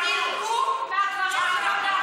תשאל את החבר שלך אם הוא,